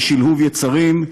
משלהוב יצרים,